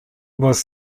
was